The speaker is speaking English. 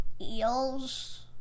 eels